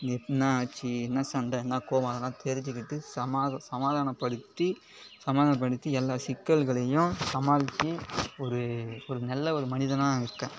என்னாச்சு என்ன சண்டை என்ன கோவம் அதெல்லாம் தெரிஞ்சுக்கிட்டு சமாதானப்படுத்தி எல்லா சிக்கல்களையும் சமாளித்து ஒரு ஒரு நல்ல ஒரு மனிதனாக இருக்கேன்